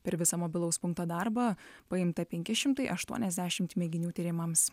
per visą mobilaus punkto darbą paimta penki šimtai aštuoniasdešimt mėginių tyrimams